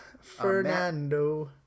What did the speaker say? Fernando